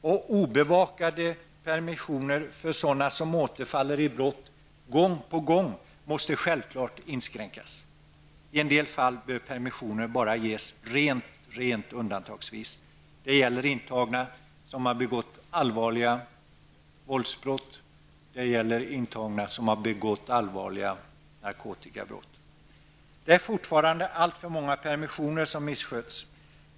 Och obevakade permissioner för sådana som gång på gång återfaller i brott måste självfallet inskränkas. I en del fall bör permissioner bara ges rent undantagsvis -- det gäller intagna som har begått allvarliga våldsbrott, och det gäller intagna som har begått allvarliga narkotikabrott. Det är fortfarande alltför många permissioner som missköts.